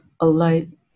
alight